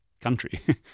country